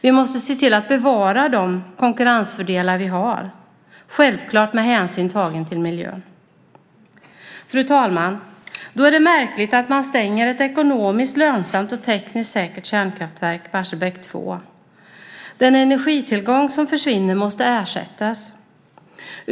Vi måste se till att bevara de konkurrensfördelar som vi har - självfallet med hänsyn tagen till miljön. Fru talman! Då är det märkligt att man stänger ett ekonomiskt lönsamt och tekniskt säkert kärnkraftverk, Barsebäck 2. Den energitillgång som försvinner måste ersättas.